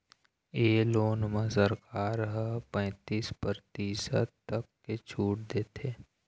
ए loan म सरकार ह पैतीस परतिसत तक के छूट देथे